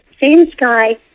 same-sky